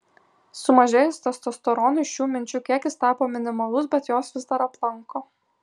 sumažėjus testosteronui šių minčių kiekis tapo minimalus bet jos vis dar aplanko